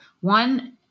One